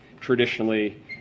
traditionally